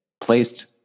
placed